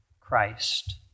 Christ